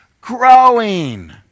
growing